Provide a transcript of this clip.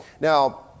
Now